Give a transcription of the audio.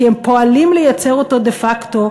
כי הם פועלים לייצר אותו דה-פקטו,